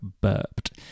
burped